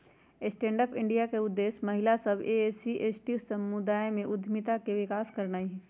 stand up India के उद्देश्य महिला सभ, एस.सी एवं एस.टी समुदाय में उद्यमिता के विकास करनाइ हइ